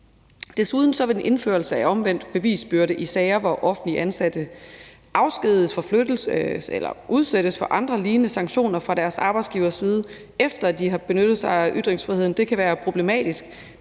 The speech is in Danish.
Desuden vil indførelsen af omvendt bevisbyrde i sager, hvor offentligt ansatte afskediges, forflyttes eller udsættes for andre lignende sanktioner fra deres arbejdsgivers side, efter at de har benyttet sig af ytringsfriheden, være problematisk,